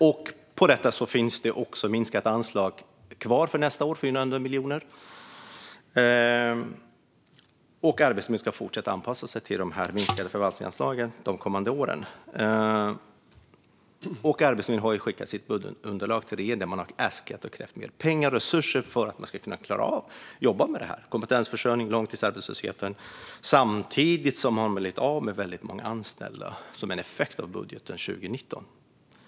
Ovanpå detta finns det också ett minskat anslag kvar för nästa år, 400 miljoner, och Arbetsförmedlingen ska fortsätta anpassa sig till de minskade förvaltningsanslagen de kommande åren. Arbetsförmedlingen har också skickat sitt budgetunderlag till regeringen och äskat mer pengar och resurser för att klara av att jobba med kompetensförsörjningen och långtidsarbetslösheten, samtidigt som man har blivit av med väldigt många anställda som en effekt av budgeten 2019.